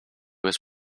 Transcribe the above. was